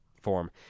form